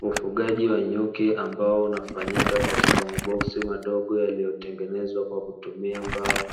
Ufugaji wa nyuki ambao unafanyika katika maboksi madogo yaliyoptengenezwa kwa kutumia mbao,